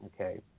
okay